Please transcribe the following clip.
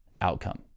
outcome